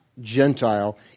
Gentile